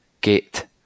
gate